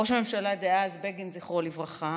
ראש הממשלה דאז בגין, זכרו לברכה,